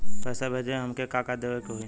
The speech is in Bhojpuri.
पैसा भेजे में हमे का का देवे के होई?